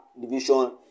division